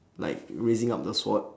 like raising up the sword